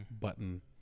button